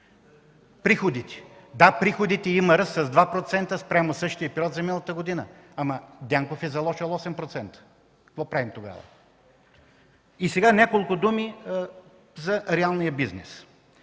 цифра. Да, при приходите има ръст с 2% спрямо същия период за миналата година, ама Дянков е заложил 8%. Какво правим тогава? И сега няколко думи за реалния бизнес.